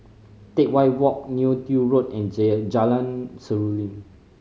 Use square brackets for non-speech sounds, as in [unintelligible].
Teck Whye Walk Neo Tiew Road and [unintelligible] Jalan Seruling